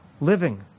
living